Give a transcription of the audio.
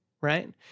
right